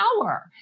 power